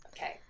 Okay